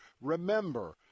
remember